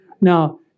Now